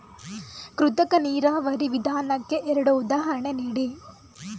ಕೃತಕ ನೀರಾವರಿ ವಿಧಾನಕ್ಕೆ ಎರಡು ಉದಾಹರಣೆ ನೀಡಿ?